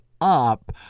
up